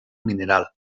mineral